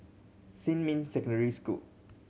Xinmin Secondary School